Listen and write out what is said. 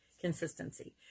consistency